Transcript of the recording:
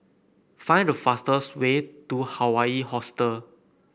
find the fastest way to Hawaii Hostel